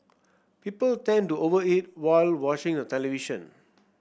people tend to over eat while watching the television